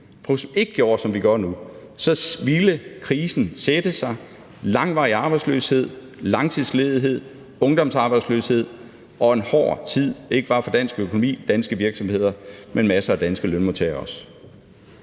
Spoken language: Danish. ikke gjorde, som vi gør nu, så ville krisen sætte sig i langvarig arbejdsløshed, langtidsledighed, ungdomsarbejdsløshed og en hård tid for ikke bare dansk økonomi og danske virksomheder, men også for masser af danske lønmodtagere.